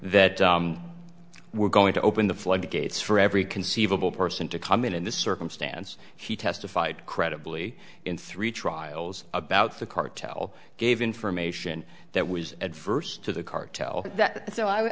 that we're going to open the floodgates for every conceivable person to come in in this circumstance he testified credibly in three trials about the cartel gave information that was at first to the